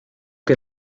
que